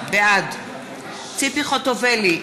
בעד ציפי חוטובלי,